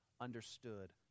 understood